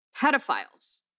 pedophiles